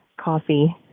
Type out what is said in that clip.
coffee